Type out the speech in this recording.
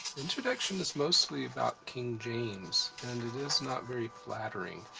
introduction is mostly about king james, and it is not very flattering.